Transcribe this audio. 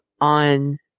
on